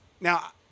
Now